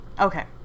Okay